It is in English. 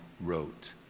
wrote